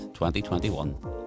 2021